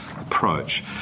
approach